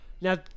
now